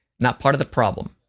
not part of the problem.